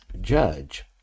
judge